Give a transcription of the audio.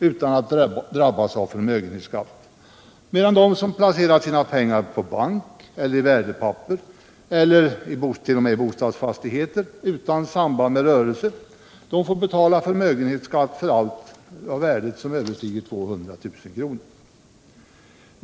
utan att drabbas av förmögenhetsskatt, medan den som placerat sina pengar på bank, i värdepapper eller t.o.m. i bostadsfastigheter utan samband med rörelse får betala förmögenhetsskatt för allt som överstiger ett värde av 200 000 kr.